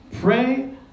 Pray